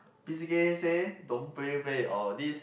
P_C_K say don't play play or this